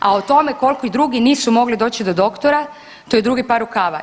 A o tome koliko drugi nisu mogli doći do doktora to je drugi par rukava.